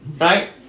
Right